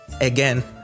Again